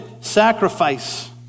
sacrifice